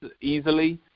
easily